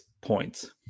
points